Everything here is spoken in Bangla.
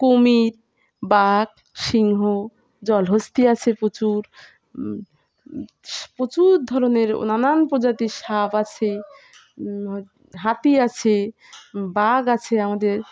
কুমির বাঘ সিংহ জলহস্তি আছে প্রচুর প্রচুর ধরনের নানান প্রজাতির সাপ আছে হাতি আছে বাঘ আছে আমাদের